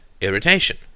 irritation